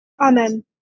Amen